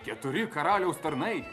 keturi karaliaus tarnai